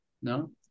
¿no